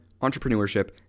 entrepreneurship